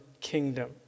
kingdom